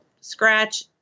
scratch